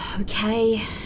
Okay